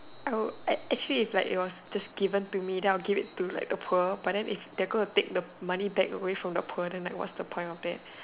uh actually it like was it just given to me then I would give it like to poor but then if they going to take the money back away from the poor then like what's the point of that